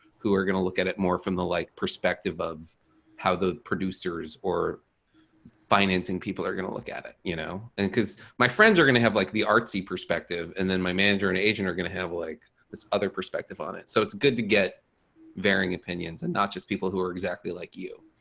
who are gonna look at it more from the like perspective of how the producers or financing people are gonna look at it you know? and because my friends are gonna have like the artsy perspective and then my manager and agent are gonna have like this other perspective on it. so it's good to get varying opinions and not just people who are exactly like you.